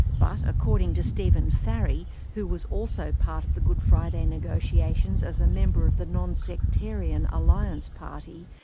but according to stephen farry, who was also part of the good friday negotiations as a member of the non-sectarian alliance party,